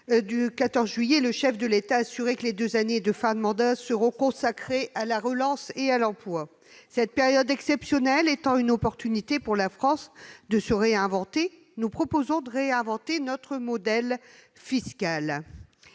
du 14 juillet, le chef de l'État a assuré que les deux années de fin de mandat seraient consacrées à la relance et à l'emploi. Cette période exceptionnelle étant une opportunité pour la France de se réinventer, nous proposons de réinventer également notre modèle fiscal.